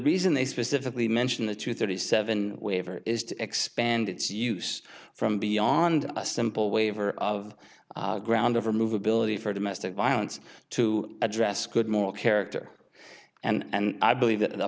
reason they specifically mention the two thirty seven waiver is to expand its use from beyond a simple waiver of ground over movability for domestic violence to address good moral character and i believe that a